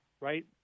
right